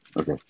Okay